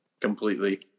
completely